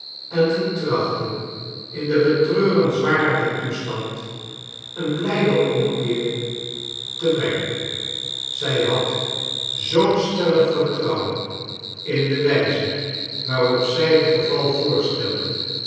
en te trachten in den betreurenswaardigen toestand een blijden omkeer te brengen zij had zoo'n stellig vertrouwen in de wijze waarop zij het geval voorstelde